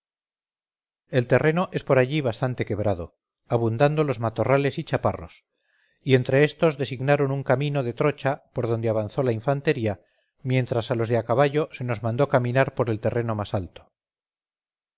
el terreno es por allí bastante quebrado abundando los matorrales y chaparros y entre estos designaron un camino de trocha por donde avanzó la infantería mientras a los de a caballo se nos mandó caminar por terreno más alto